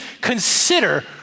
consider